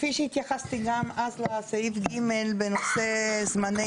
כפי שהתייחסתי גם אז לסעיף קטן (ג) בנושא זמני